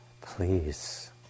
Please